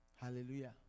Hallelujah